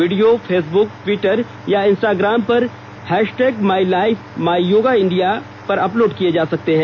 video Facebook Twitter या Instagram पर hashtag my life my yoga India पर upload किए जा सकते हैं